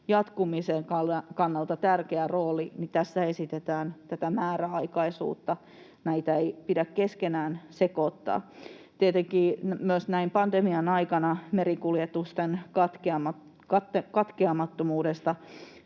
jatkumisen kannalta tärkeä rooli — tässä esitetään tätä määräaikaisuutta. Näitä ei pidä keskenään sekoittaa. Tietenkin myös näin pandemian aikana merikuljetusten katkeamattomuudesta